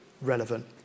relevant